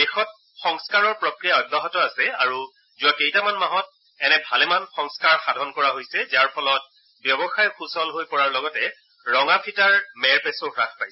দেশত সংস্কাৰৰ প্ৰক্ৰিয়া অব্যাহত আছে আৰু যোৱা কেইটামান মাহত এনে ভালেমান সংস্কাৰ সাধন কৰা হৈছে যাৰ ফলত ব্যৱসায় সুচল হৈ পৰাৰ লগতে ৰঙা ফিটাৰ মেৰপেচো হ্ৰাস পাইছে